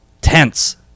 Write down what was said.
tense